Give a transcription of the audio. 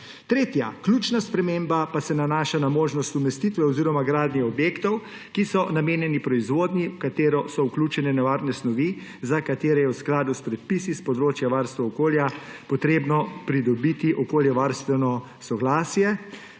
Tretja, ključna sprememba, pa se nanaša na možnost umestitve oziroma gradnje objektov, ki so namenjeni proizvodnji, v katero so vključene nevarne snovi, za katere je v skladu s predpisi s področja varstva okolja potrebno pridobiti okoljevarstveno soglasje,